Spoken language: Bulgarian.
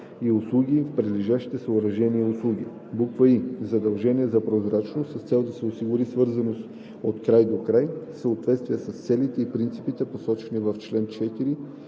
и услуги и прилежащите съоръжения и услуги; и) задължения за прозрачност с цел да се осигури свързаност „от край до край“ в съответствие с целите и принципите, посочени в чл. 4